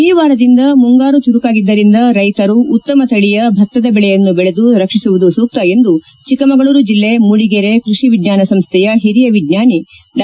ಈ ವಾರದಿಂದ ಮುಂಗಾರು ಚುರುಕಾಗಿದ್ದರಿಂದ ರೈತರು ಉತ್ತಮ ತಳಿಯ ಭತ್ತದ ದೆಳೆಯನ್ನು ದೆಳೆದು ರಕ್ಷಿಸುವುದು ಸೂಕ್ತ ಎಂದು ಚಕ್ಕಮಗಳೂರು ಜಿಲ್ಲೆ ಮೂಡಿಗೆರೆ ಕ್ಕಷಿ ವಿಜ್ಞಾನ ಸಂಸ್ಥೆಯ ಹಿರಿಯ ವಿಜ್ಞಾನಿ ಡಾ